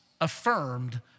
affirmed